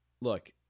Look